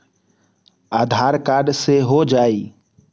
आधार card से हो जाइ?